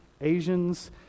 Asians